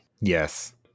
yes